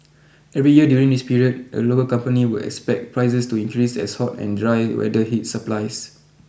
every year during this period a local company would expect prices to increase as hot and dry weather hit supplies